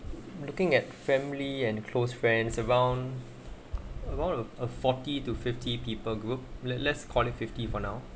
looking at family and close friends around around of a forty to fifty people group let less quantum fifty four now